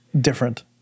different